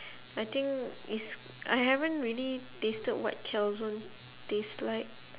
I think it's I haven't really tasted what calzone tastes like